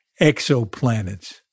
exoplanets